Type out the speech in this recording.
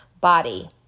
body